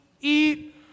eat